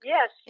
Yes